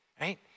right